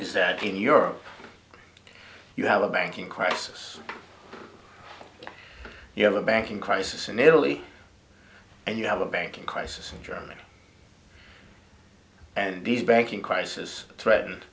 is that in europe you have a banking crisis you have a banking crisis in italy and you have a banking crisis in germany and these banking crisis threatened